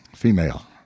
Female